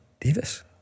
Davis